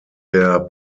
der